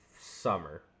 summer